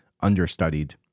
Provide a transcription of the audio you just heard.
understudied